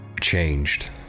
changed